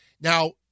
Now